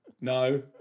no